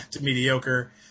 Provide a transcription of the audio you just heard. mediocre